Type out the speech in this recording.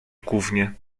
gównie